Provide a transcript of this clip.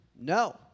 no